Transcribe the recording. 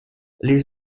les